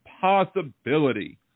possibility